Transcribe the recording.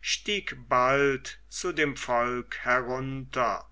stieg bald zu dem volk herunter